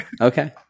Okay